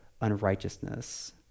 unrighteousness